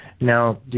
Now